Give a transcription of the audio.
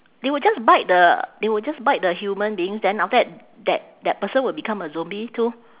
they would just bite the they would just bite the human beings then after that that that person will become a zombie too